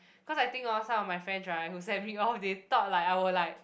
cause I think orh some of my friends right who assembly all they talk like I will like